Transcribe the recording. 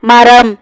மரம்